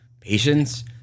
patience